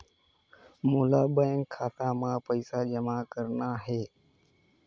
मोला बैंक खाता मां पइसा जमा करना हे?